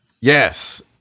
Yes